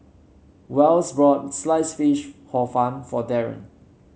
Wells bought Sliced Fish Hor Fun for Darron